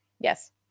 Yes